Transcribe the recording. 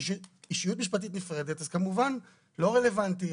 אז כמובן לא רלוונטי.